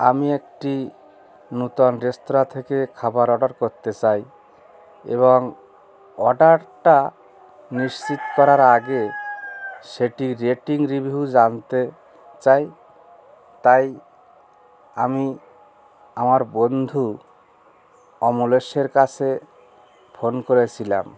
আমি একটি নূতন রেস্তোরাঁ থেকে খাবার অর্ডার করতে চাই এবং অর্ডারটা নিশ্চিত করার আগে সেটির রেটিং রিভিউ জানতে চাই তাই আমি আমার বন্ধু অমলেশের কাছে ফোন করেছিলাম